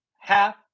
half